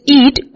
eat